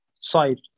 site